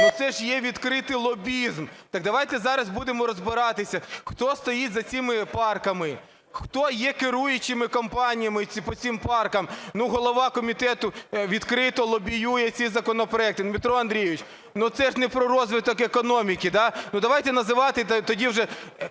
Це ж є відкритий лобізм. Так давайте зараз будемо розбиратися, хто стоїть за цими парками, хто є керуючими компаніями по цим паркам. Голова комітету відкрито лобіює ці законопроекти. Дмитро Андрійович, це ж не про розвиток економіки, да. Давайте називати тоді вже